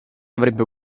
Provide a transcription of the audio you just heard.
avrebbe